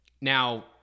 Now